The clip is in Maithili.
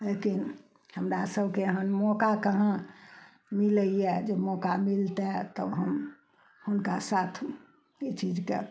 लेकिन हमरा सभके एहन मौका कहाँ मिलैइए जे मौका मिलतइ तब हम हुनका साथ ई चीजके